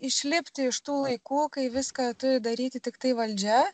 išlipti iš tų laikų kai viską turi daryti tiktai valdžia